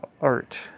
art